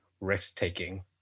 risk-taking